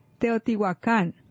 Teotihuacan